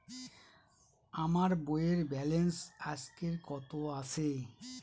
আমার বইয়ের ব্যালেন্স আজকে কত আছে?